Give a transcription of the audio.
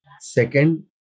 Second